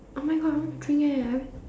oh-my-God I want to drink eh I very